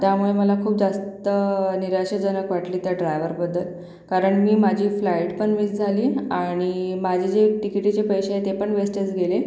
त्यामुळे मला खूप जास्त निराशाजनक वाटले त्या ड्रायवरबद्दल कारण मी माझी फ्लाईट पण मिस झाली आणि माझे जे टिकीटीचे पैसे आहे ते पण वेस्टंच गेले